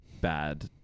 bad